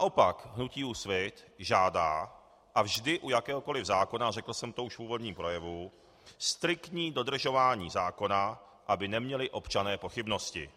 Naopak hnutí Úsvit žádá, a vždy u jakéhokoliv zákona, a řekl jsem to už v úvodním projevu, striktní dodržování zákona, aby neměli občané pochybnosti.